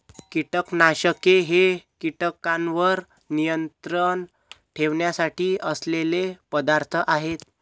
कीटकनाशके हे कीटकांवर नियंत्रण ठेवण्यासाठी असलेले पदार्थ आहेत